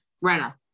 Rena